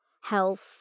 health